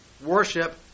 Worship